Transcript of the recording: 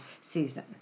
season